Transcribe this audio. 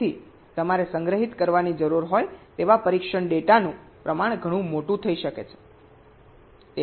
તેથી તમારે સંગ્રહિત કરવાની જરૂર હોય તેવા પરીક્ષણ ડેટાનું પ્રમાણ ઘણું મોટું હોઈ શકે છે